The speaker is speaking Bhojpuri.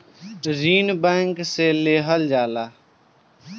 ऋण बैंक से लेहल जाला